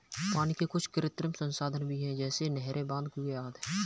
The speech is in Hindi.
पानी के कुछ कृत्रिम संसाधन भी हैं जैसे कि नहरें, बांध, कुएं आदि